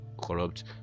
corrupt